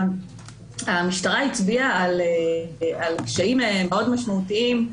המשטרה הצביעה על קשיים מאוד משמעותיים,